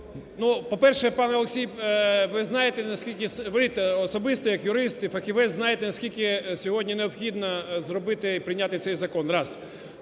знаєте, наскільки ви особисто як юрист і фахівець знаєте, наскільки сьогодні необхідно зробити і прийняти цей закон – раз.